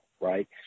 right